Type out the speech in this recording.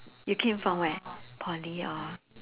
you came from where poly or